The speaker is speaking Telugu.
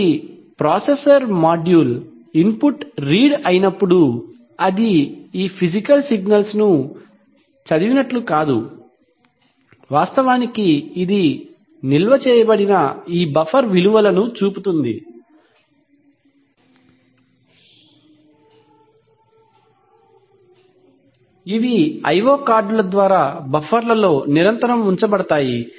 కాబట్టి ప్రాసెసర్ మాడ్యూల్ ఇన్పుట్ రీడ్ అయినప్పుడు అది ఈ ఫిసికల్ సిగ్నల్స్ ను చదివినట్లు కాదు వాస్తవానికి ఇది నిల్వ చేయబడిన ఈ బఫర్ విలువలను చదువుతుంది ఇవి ఐ ఓ కార్డులIO cards ద్వారా బఫర్లలో నిరంతరం ఉంచబడతాయి